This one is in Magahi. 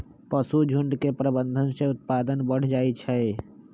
पशुझुण्ड के प्रबंधन से उत्पादन बढ़ जाइ छइ